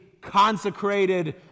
consecrated